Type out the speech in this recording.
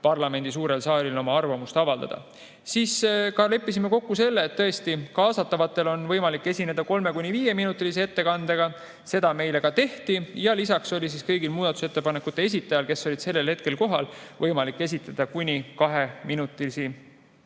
parlamendi suurel saalil oma arvamust avaldada. Siis leppisime kokku ka selle, et tõesti, kaasatutel on võimalik esineda 3–5‑minutilise ettekandega. Seda ka tehti. Ja lisaks oli kõigil muudatusettepanekute esitajatel, kes olid sellel hetkel kohal, võimalik esineda kuni 2‑minutilise